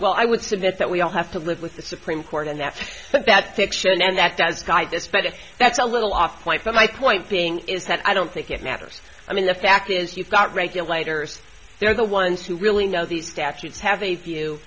well i would submit that we all have to live with the supreme court and that's bad fiction and that does guide this but that's a little off point but my point being is that i don't think it matters i mean the fact is you've got regulators they're the ones who really know these statutes have a view